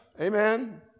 Amen